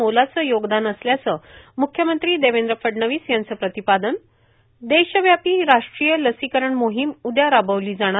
मोलाचं योगदान असल्याचं मुख्यमंत्री देवेंद्र फडणवीस याचं प्रतिपादन देशव्यापी राष्ट्रीय लसीकरण मोहिम उद्या राबविली जाणार